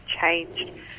changed